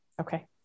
Okay